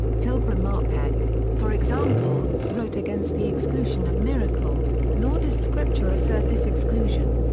pilgram marpeck, for example, wrote against the exclusion of miracles nor does scripture assert this exclusion.